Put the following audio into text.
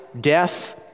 death